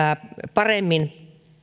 paremmin